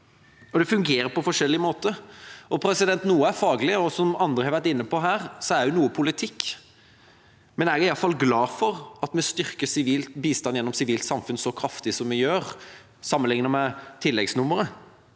De fungerer på forskjellig måte. Noe er faglig, og som andre har vært inne på her, er også noe politikk. Jeg er i alle fall glad for at vi styrker bistand gjennom Sivilt samfunn så kraftig som vi gjør, sammenlignet med tilleggsnummeret,